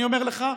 אני אומר לך,